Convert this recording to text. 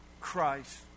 Christ